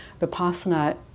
Vipassana